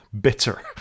bitter